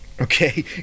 okay